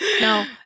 No